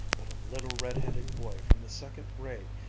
but a little red-headed boy from the second grade,